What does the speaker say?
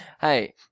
Hey